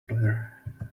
player